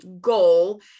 goal